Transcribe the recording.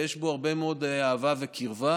ויש בו הרבה מאוד אהבה וקרבה.